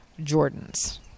Jordans